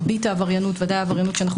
שמרבית העבריינות בוודאי עבריינות שאנחנו